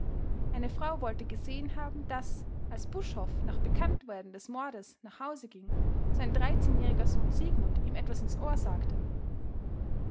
eine frau wollte gesehen haben daß als buschhoff nach bekanntwerden des mordes nach hause ging sein dreizehnjähriger sohn siegmund ihm etwas ins ohr sagte